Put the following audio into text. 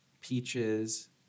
Peaches